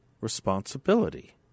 responsibility